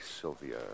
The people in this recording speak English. Sylvia